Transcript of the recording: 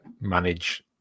manage